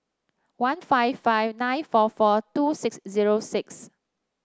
one five five nine four four two six zero six